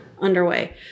underway